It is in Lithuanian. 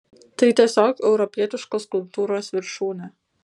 tai tiesiog europietiškos kultūros viršūnė